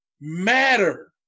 matter